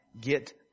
get